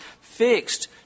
fixed